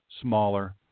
smaller